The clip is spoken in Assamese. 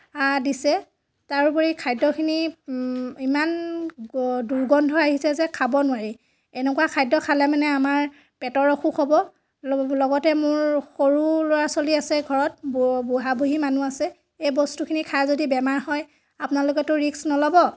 দিছে তাৰোপৰি খাদ্যখিনি ইমান দুৰ্গন্ধ আহিছে যে খাব নোৱাৰি এনেকুৱা খাদ্য খালে মানে আমাৰ পেটৰ অসুখ হ'ব লগতে মোৰ সৰু ল'ৰা ছোৱালী আছে ঘৰত বুঢ়া বুঢ়ি মানুহ আছে এই বস্তুখিনি খাই যদি বেমাৰ হয় আপোনালোকেটো ৰিক্স ন'লব